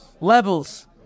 Levels